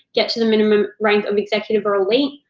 get to the minimum rank of executive or elite,